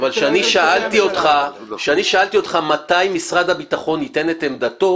אבל כשאני שאלתי אותך: מתי משרד הביטחון ייתן את עמדתו?